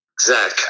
Zach